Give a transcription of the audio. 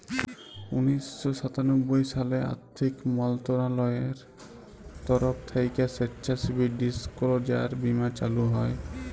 উনিশ শ সাতানব্বই সালে আথ্থিক মলত্রলালয়ের তরফ থ্যাইকে স্বেচ্ছাসেবী ডিসক্লোজার বীমা চালু হয়